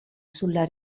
sulla